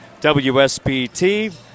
WSBT